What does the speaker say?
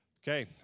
Okay